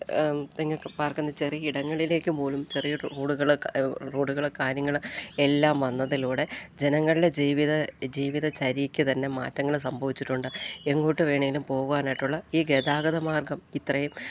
തിങ്ങിയൊക്കെ പാർക്കുന്ന ചെറിയ ഇടങ്ങളിലേക്ക് പോലും ചെറിയ റോഡുകള് റോഡുകള് കാര്യങ്ങള് എല്ലാം വന്നതിലൂടെ ജനങ്ങളുടെ ജീവിത ജീവിതചര്യയ്ക്ക് തന്നെ മാറ്റങ്ങള് സംഭവിച്ചിട്ടുണ്ട് എങ്ങോട്ട് വേണമെങ്കിലും പോകുവാനായിട്ടുള്ള ഈ ഗതാഗതമാർഗ്ഗം ഇത്രയും